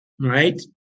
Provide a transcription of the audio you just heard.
Right